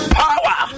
power